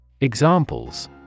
Examples